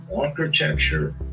architecture